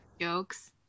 jokes